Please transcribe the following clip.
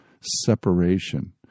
separation